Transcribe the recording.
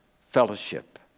fellowship